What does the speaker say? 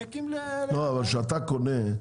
לא, אבל שאתה קונה.